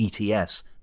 ETS